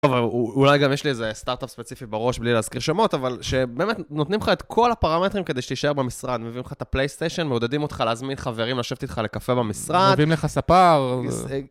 אבל אולי גם יש לי איזה סטארט-אפ ספציפי בראש בלי להזכיר שמות, אבל שבאמת נותנים לך את כל הפרמטרים כדי שתשאר במשרד, מביאים לך את הפלייסטיישן, מעודדים אותך להזמין חברים לשבת איתך לקפה במשרד. מביאים לך ספר.